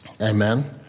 Amen